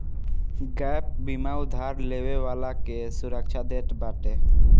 gap बीमा उधार लेवे वाला के सुरक्षा देत बाटे